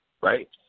right